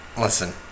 Listen